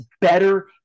better